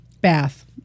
bath